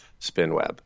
spinweb